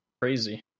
Crazy